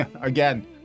again